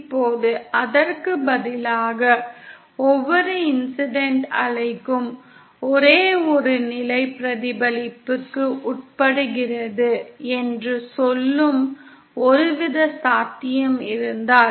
இப்போது அதற்கு பதிலாக ஒவ்வொரு இன்சிடண்ட் அலைக்கும் ஒரே ஒரு நிலை பிரதிபலிப்புக்கு உட்படுகிறது என்று சொல்லும் ஒருவித சாத்தியம் இருந்தால்